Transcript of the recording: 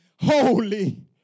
holy